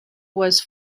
was